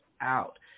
out